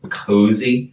cozy